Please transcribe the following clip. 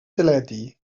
deledu